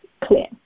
clear